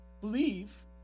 believe